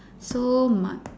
so my